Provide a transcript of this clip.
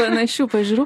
panašių pažiūrų